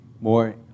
more